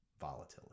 volatility